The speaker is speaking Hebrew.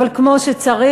אבל כמו שצריך,